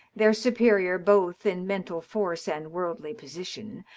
their superior both in mental force and woridly position,